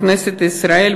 בכנסת ישראל,